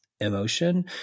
Emotion